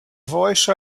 voice